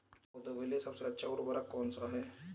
पौधों के लिए सबसे अच्छा उर्वरक कौन सा है?